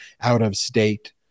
out-of-state